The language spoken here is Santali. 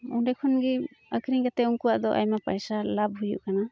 ᱚᱸᱰᱮ ᱠᱷᱚᱱᱜᱮ ᱟᱹᱠᱷᱨᱤᱧ ᱠᱟᱛᱮ ᱩᱱᱠᱚᱣᱟᱜ ᱫᱚ ᱟᱭᱢᱟ ᱯᱚᱭᱥᱟ ᱞᱟᱵᱷ ᱦᱩᱭᱩᱜ ᱠᱟᱱᱟ